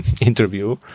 interview